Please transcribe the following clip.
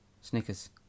Snickers